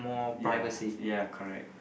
ya ya correct